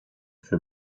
für